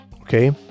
okay